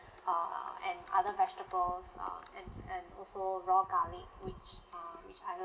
uh and other vegetables um and and also raw garlic which uh which I